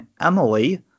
Emily